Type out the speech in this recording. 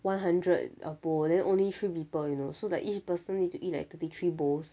one hundred uh bowl then only three people you know so like each person need to eat like thirty three bowls